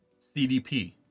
CDP